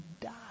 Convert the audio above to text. die